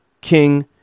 king